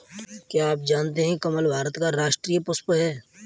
क्या आप जानते है कमल भारत का राष्ट्रीय पुष्प है?